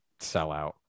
sellout